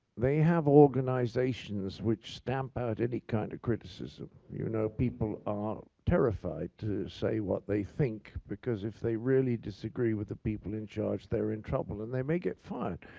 they have organizations, which stamp out any kind of criticism. you know, people are terrified to say what they think because if they really disagree with the people in charge, they're in trouble and they may get fired.